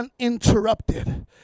uninterrupted